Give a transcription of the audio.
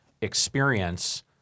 experience